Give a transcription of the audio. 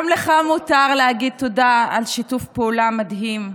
גם לך מותר להגיד תודה על שיתוף פעולה מדהים.